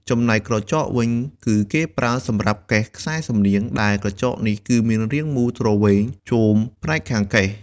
ចំណែកក្រចកវិញ គឺគេប្រើសម្រាប់កេះខ្សែសំនៀង ដែលក្រចកនេះគឺមានរាងមូលទ្រវែងជមផ្នែកខាងកេះ។